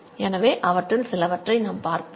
எனவே அவற்றில் சிலவற்றைப் பார்ப்போம்